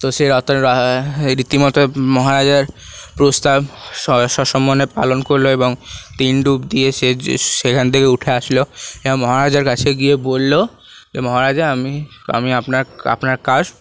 তো সে রীতিমত মহারাজার প্রস্তাব সসম্মানে পালন করলো এবং তিন ডুব দিয়ে সে সেখান থেকে উঠে আসলো এবং মহারাজার কাছে গিয়ে বললো যে মহারাজা আমি আমি আপনার আপনার কাজ